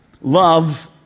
Love